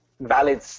valid